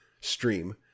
stream